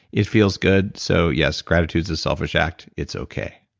it feels good. so yes, gratitude's a selfish act, it's okay